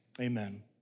Amen